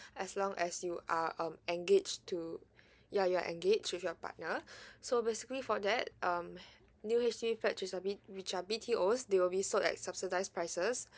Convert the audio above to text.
as long as you are um engage to ya you are engage with your partner so basically for that um new H_D_B flat is a bit which are B_T_O they will be sold like subsidise prices